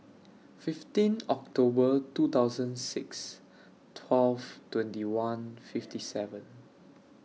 fifteen October two thousand six twelve twenty one fifty seven